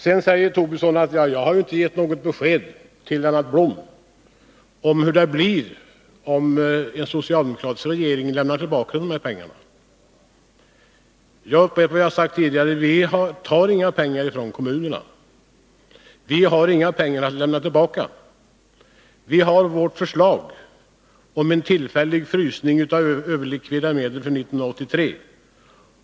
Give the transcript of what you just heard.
Sedan säger Lars Tobisson att jag inte har svarat på Lennart Bloms fråga, om en socialdemokratisk regering lämnar tillbaka de här pengarna. Jag upprepar vad jag har sagt tidigare: Vi tar inga pengar från kommunerna. Vi har inga pengar att lämna tillbaka. Vi har vårt förslag om en tillfällig frysning av överlikvida medel för 1983.